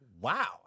Wow